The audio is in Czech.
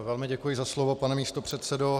Velmi děkuji za slovo, pane místopředsedo.